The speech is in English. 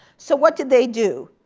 so what did they do?